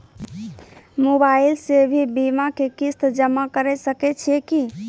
Mobile से भी बीमा के किस्त जमा करै सकैय छियै कि?